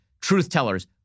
truth-tellers